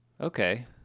Okay